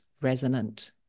resonant